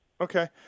Okay